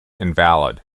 invalid